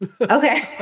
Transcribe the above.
Okay